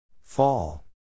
Fall